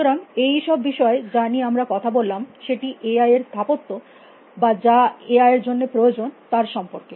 সুতরাং এই সব বিষয় যা নিয়ে আমরা কথা বললাম সেটি এই এ আই এর স্থাপত্য বা যা এ আই এর জন্য প্রয়োজন তার সম্পর্কে